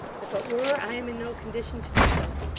if it were, i am in no condition to do so.